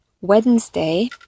Wednesday